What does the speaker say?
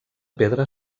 pedra